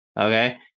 Okay